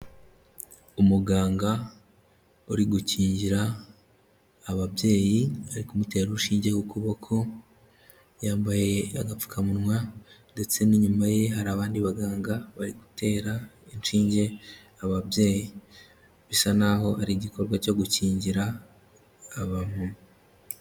Umuganga uri gukingira ababyeyi, ari kumutera urushinge ku kuboko, yambaye agapfukamunwa, ndetse n'inyuma ye hari abandi baganga bari gutera inshinge ababyeyi. Bisa n'aho ari igikorwa cyo gukingira abamama.